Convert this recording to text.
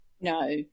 No